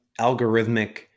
algorithmic